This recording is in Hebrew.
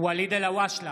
ואליד אלהואשלה,